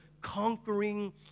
conquering